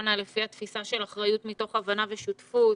הקורונה לפי התפיסה של אחריות מתוך הבנה ושותפות,